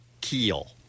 Keel